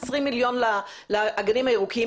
20 מיליון לאגנים הירוקים,